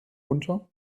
unter